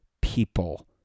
people